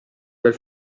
bel